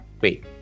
Wait